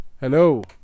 Hello